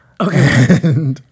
Okay